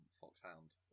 Foxhound